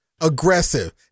aggressive